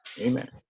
Amen